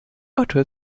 auto